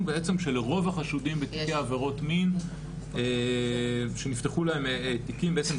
בעצם שלרוב החשודים בתיקי עבירות מין שנפתחו להם תיקים בעצם,